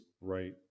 right